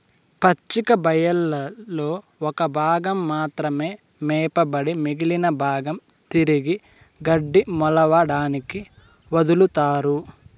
పచ్చిక బయళ్లలో ఒక భాగం మాత్రమే మేపబడి మిగిలిన భాగం తిరిగి గడ్డి మొలవడానికి వదులుతారు